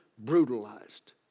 brutalized